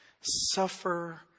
suffer